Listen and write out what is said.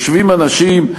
יושבים אנשים,